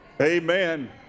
Amen